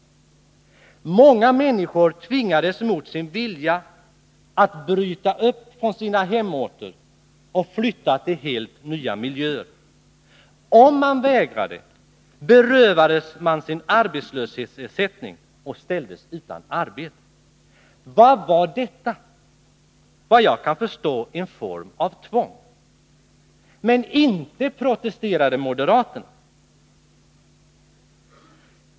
Många människor tvingades mot sin vilja att bryta upp från sina hemorter och flytta till helt nya miljöer. Om man vägrade, berövades man sin arbetslöshetsersättning och ställdes utan arbete. Vad var detta? Såvitt jag kan förstå en form av tvång. Men inte protesterade moderaterna.